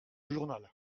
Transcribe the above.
journal